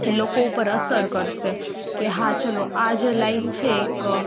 એ લોકો ઉપર અસર કરશે કે હા ચાલો આ જે લાઈન છે એક